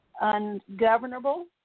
ungovernable